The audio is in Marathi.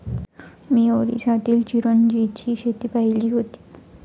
मी ओरिसातील चिरोंजीची शेती पाहिली होती